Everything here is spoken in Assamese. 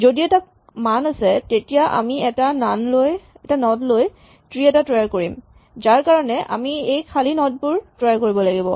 যদি এটা মান আছে তেতিয়া আমি এটা নড লৈ ট্ৰী এটা তৈয়াৰ কৰিম যাৰকাৰণে আমি এই খালী নড বোৰ তৈয়াৰ কৰিব লাগিব